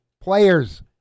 players